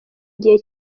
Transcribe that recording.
igihe